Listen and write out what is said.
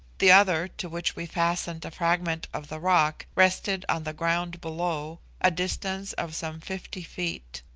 the other, to which we fastened a fragment of the rock, rested on the ground below, a distance of some fifty feet.